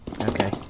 Okay